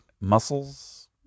Muscles